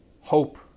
hope